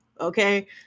okay